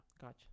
Gotcha